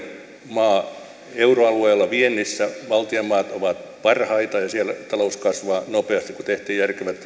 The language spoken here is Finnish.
maa euroalueella viennissä baltian maat ovat parhaita ja siellä talous kasvaa nopeasti kun tehtiin